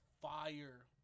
fire